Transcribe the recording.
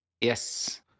Yes